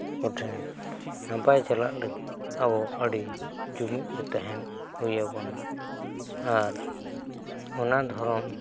ᱠᱚᱴᱷᱮᱱ ᱱᱟᱯᱟᱭ ᱪᱟᱞᱟᱜ ᱞᱟᱹᱜᱤᱫ ᱟᱵᱚ ᱟᱹᱰᱤ ᱡᱩᱢᱤᱫ ᱨᱮ ᱛᱟᱦᱮᱱ ᱦᱩᱭ ᱟᱵᱚᱱᱟ ᱟᱨ ᱚᱱᱟ ᱫᱷᱚᱨᱚᱢ